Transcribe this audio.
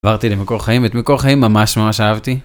עברתי למקור חיים, את מקור חיים ממש ממש אהבתי